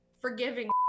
forgiving